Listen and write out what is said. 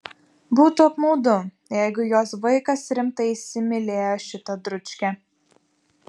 būtų apmaudu jeigu jos vaikas rimtai įsimylėjo šitą dručkę